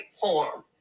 form